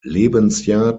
lebensjahr